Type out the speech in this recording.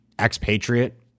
expatriate